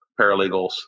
paralegals